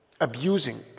abusing